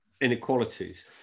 inequalities